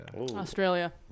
Australia